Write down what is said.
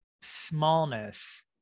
smallness